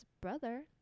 brother